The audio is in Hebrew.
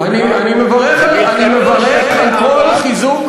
אני מברך על כל החיזוק,